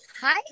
Hi